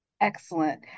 Excellent